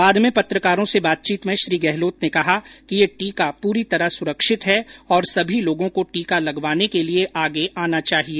बाद में पत्रकारों से बातचीत में श्री गहलोत ने कहा कि यह टीका पूरी तरह सुरक्षित है और सभी लोगों को टीका लगवाने के लिए आगे आना चाहिए